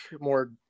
more